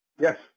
yes